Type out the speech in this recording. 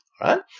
Right